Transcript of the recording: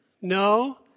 No